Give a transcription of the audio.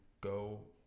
go